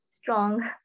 strong